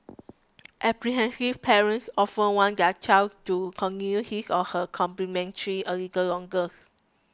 apprehensive parents often want their child to continue his or her chemotherapy a little longer